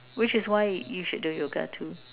which is why you should do yoga too